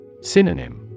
Synonym